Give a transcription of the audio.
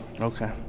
Okay